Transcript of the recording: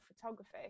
photography